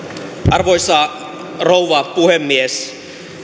arvoisa rouva puhemies